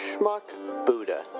SchmuckBuddha